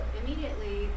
immediately